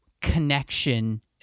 connection